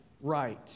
right